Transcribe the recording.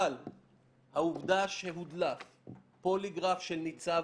אבל העובדה שהודלף פוליגרף של ניצב